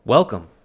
welcome